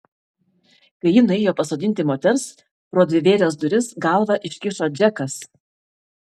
kai ji nuėjo pasodinti moters pro dvivėres duris galvą iškišo džekas